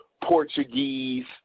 Portuguese